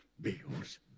bills